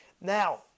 Now